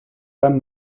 beim